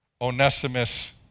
onesimus